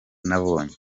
nabonye